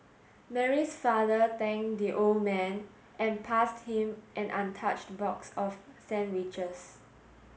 Mary's father thanked the old man and passed him an untouched box of sandwiches